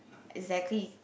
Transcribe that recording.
exactly